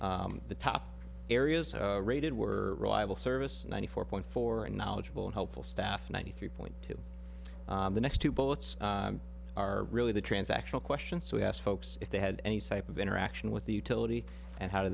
the top areas rated were reliable service ninety four point four and knowledgeable and helpful staff ninety three point two the next two bullets are really the transactional questions so we asked folks if they had any sipe of interaction with the utility and how